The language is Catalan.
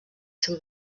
seu